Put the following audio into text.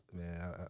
Man